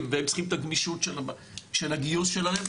והם צריכים את הגמישות של הגיוס שלהם,